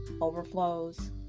overflows